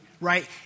right